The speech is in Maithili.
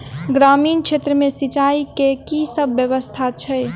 ग्रामीण क्षेत्र मे सिंचाई केँ की सब व्यवस्था छै?